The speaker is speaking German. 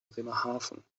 bremerhaven